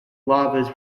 lavas